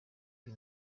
ari